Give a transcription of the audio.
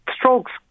Strokes